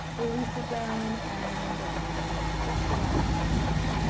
release it down. and again, supta baddha konasana.